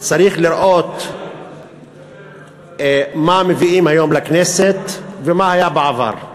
צריך לראות מה מביאים היום לכנסת ומה היה בעבר.